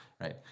right